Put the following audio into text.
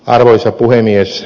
arvoisa puhemies